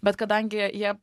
bet kadangi jie